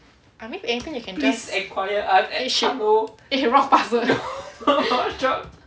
I mean anything can just eh shit wrong password